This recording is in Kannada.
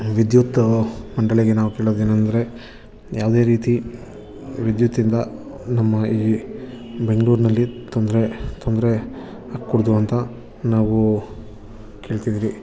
ವಿದ್ಯುತ್ ಮಂಡಳಿಗೆ ನಾವು ಕೇಳೋದೇನಂದ್ರೆ ಯಾವುದೇ ರೀತಿ ವಿದ್ಯುತ್ತಿಂದ ನಮ್ಮ ಈ ಬೆಂಗಳೂರಿನಲ್ಲಿ ತೊಂದರೆ ತೊಂದರೆ ಆಕೂಡ್ದು ಅಂತ ನಾವು ಕೇಳ್ತಿದೀವಿ